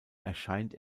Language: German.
erscheint